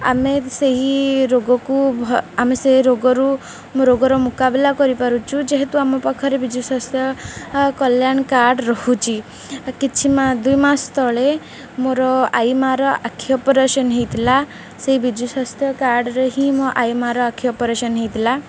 ଆମେ ସେହି ରୋଗକୁ ଆମେ ସେ ରୋଗରୁ ମୋ ରୋଗର ମୁକାବଲା କରିପାରୁଛୁ ଯେହେତୁ ଆମ ପାଖରେ ବିଜୁ ସ୍ୱାସ୍ଥ୍ୟ କଲ୍ୟାଣ କାର୍ଡ଼ ରହୁଛି କିଛି ଦୁଇ ମାସ ତଳେ ମୋର ଆଈ ମା'ର ଆଖି ଅପରେସନ୍ ହେଇଥିଲା ସେଇ ବିଜୁ ସ୍ୱାସ୍ଥ୍ୟ କାର୍ଡ଼ରେ ହିଁ ମୋ ଆଈ ମା'ର ଆଖି ଅପରେସନ୍ ହେଇଥିଲା